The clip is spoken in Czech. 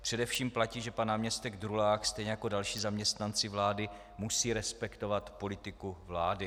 Především platí, že pan náměstek Drulák stejně jako další zaměstnanci vlády musí respektovat politiku vlády.